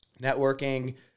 networking